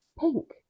Pink